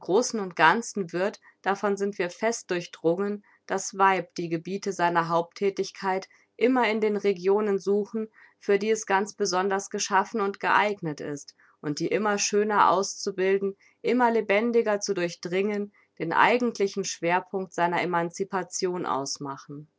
großen ganzen wird davon sind wir fest durchdrungen das weib die gebiete seiner hauptthätigkeit immer in den regionen suchen für die es ganz besonders geschaffen und geeignet ist und die immer schöner auszubilden immer lebendiger zu durchdringen den eigentlichen schwerpunkt seiner emancipation ausmachen